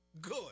Good